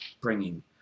bringing